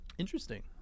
Interesting